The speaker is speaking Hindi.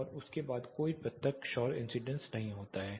और उसके बाद कोई प्रत्यक्ष सौर इंसीडेंस नहीं है